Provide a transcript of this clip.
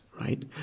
right